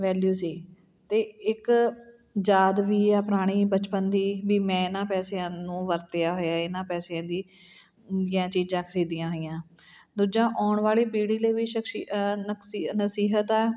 value ਸੀ ਅਤੇ ਇੱਕ ਯਾਦ ਵੀ ਆ ਪੁਰਾਣੀ ਬਚਪਨ ਦੀ ਵੀ ਮੈਂ ਇਹਨਾਂ ਪੈਸਿਆਂ ਨੂੰ ਵਰਤਿਆ ਹੋਇਆ ਇਹਨਾਂ ਪੈਸਿਆਂ ਦੀ ਦੀਆਂ ਚੀਜ਼ਾਂ ਖਰੀਦੀਆਂ ਹੋਈਆਂ ਦੂਜਾ ਆਉਣ ਵਾਲੀ ਪੀੜ੍ਹੀ ਲਈ ਵੀ ਸ਼ਕਸ਼ੀ ਨਕਸੀ ਨਸੀਹਤ ਆ